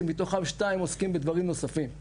שמתוכם שניים עובדים בדברים נוספים,